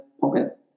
pocket